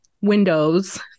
windows